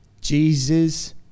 Jesus